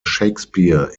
shakespeare